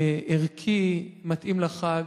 ערכי, מתאים לחג.